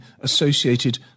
associated